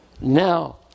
Now